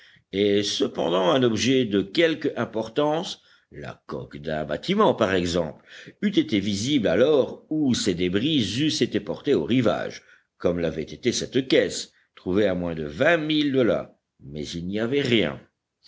et cependant un objet de quelque importance la coque d'un bâtiment par exemple eût été visible alors ou ses débris eussent été portés au rivage comme l'avait été cette caisse trouvée à moins de vingt milles de là mais il n'y avait rien